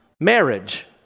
marriage